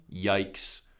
Yikes